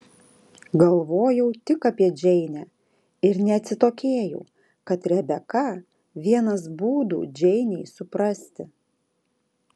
galvojau tik apie džeinę ir neatsitokėjau kad rebeka vienas būdų džeinei suprasti